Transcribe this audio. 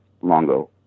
Longo